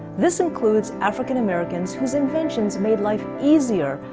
this includes african americans whose inventions made life easier,